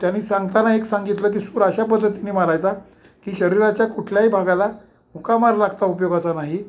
त्यांनी सांगताना एक सांगितलं की सूर अशा पद्धतीनी मारायचा की शरीराच्या कुठल्याही भागाला मुका मार लागता उपयोगाचा नाही